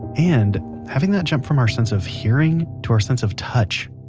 and having that jump from our sense of hearing to our sense of touch.